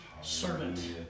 servant